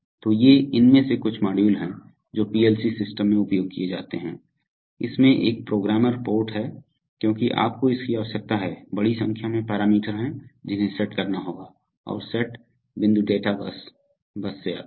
तो ये इनमें से कुछ मॉड्यूल हैं जो पीएलसी सिस्टम में उपयोग किए जाते हैं इसमें एक प्रोग्रामर पोर्ट है क्योंकि आपको इसकी आवश्यकता है बड़ी संख्या में पैरामीटर हैं जिन्हें सेट करना होगा और सेट बिंदु डेटा बस से आता है